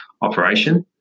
operation